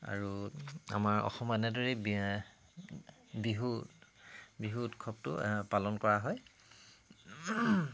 আৰু আমাৰ অসমত এনেদৰেই বিহু বিহু উৎসৱটো পালন কৰা হয়